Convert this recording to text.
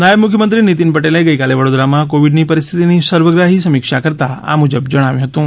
નાયબ મુખ્યમંત્રી નીતિન પટેલે ગઇકાલે વડોદરામાં કોવીડની પરિસ્થિતીની સર્વગ્રાહી સમીક્ષા કરતા આ મુજબ જણાવ્યું હતું